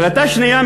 החלטה שנייה,